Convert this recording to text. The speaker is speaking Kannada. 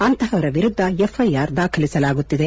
ಅಂಥವರ ವಿರುದ್ದ ಎಫ್ಐಆರ್ ದಾಖಲಿಸಲಾಗುತ್ತಿದೆ